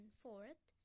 fourth